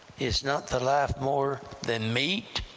is not the life more than meat,